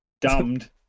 damned